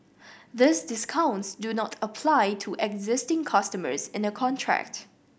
these discounts do not apply to existing customers in a contract